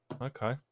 Okay